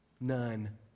None